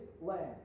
land